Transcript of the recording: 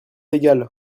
égal